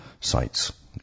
sites